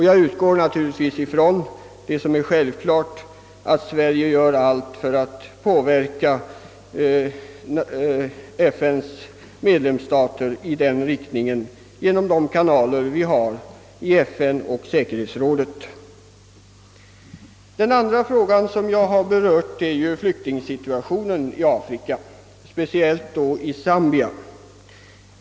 Jag utgår från att Sverige kommer att göra allt för att påverka FN:s medlemsstater i den riktningen genom de kanaler vi har i generalförsamlingen och säkerhetsrådet. Den andra frågan som jag berört i min interpellation gäller flyktingsituationen i Afrika, speciellt i Zambia.